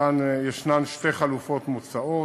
שתי חלופות מוצעות,